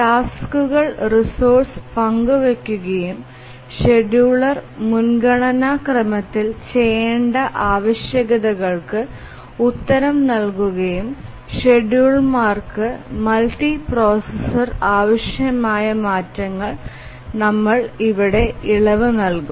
ടാസ്ക്കുകൾ റിസോഴ്സ്സ് പങ്കുവെക്കുകയും ഷെഡ്യൂളർ മുൻഗണനാ ക്രമത്തിൽ ചെയ്യേണ്ട ആവശ്യകതകൾക്ക് ഉത്തരം നൽകുകയും ഷെഡ്യൂളർമാർക്കും മൾട്ടി പ്രോസസറിനും ആവശ്യമായ മാറ്റങ്ങൾക്കു നമ്മൾ ഇവിടെ ഇളവ് നൽകും